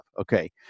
Okay